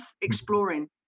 exploring